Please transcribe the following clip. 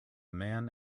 man